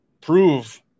prove